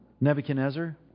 Nebuchadnezzar